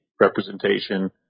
representation